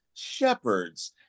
shepherds